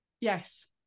Yes